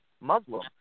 Muslim